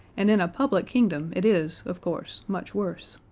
and in a public kingdom it is, of course, much worse.